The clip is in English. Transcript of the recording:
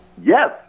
Yes